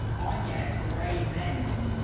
i get gravesend